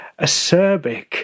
acerbic